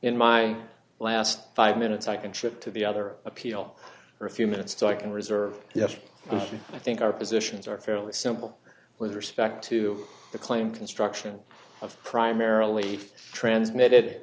in my last five minutes i can ship to the other appeal for a few minutes so i can reserve yes i think our positions are fairly simple with respect to the claim construction of primarily transmitted